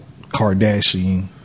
Kardashian